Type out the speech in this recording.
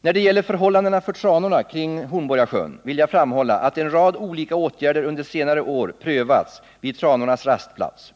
När det gäller förhållandena för tranorna kring Hornborgasjön vill jag framhålla att en rad olika åtgärder under senare år prövats vid tranornas rastplats.